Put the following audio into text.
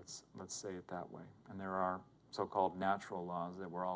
it's let's say it that way and there are so called natural laws that we're all